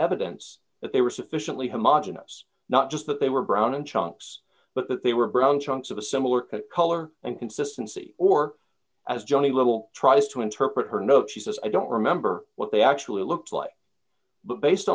evidence that they were sufficiently homogenous not just that they were brown in chunks but that they were brown chunks of a similar color and consistency or as johnny little tries to interpret her note she says i don't remember what they actually looked like but based